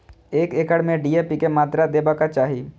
एक एकड़ में डी.ए.पी के मात्रा देबाक चाही?